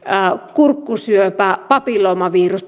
kurkkusyöpä papilloomavirus